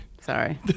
Sorry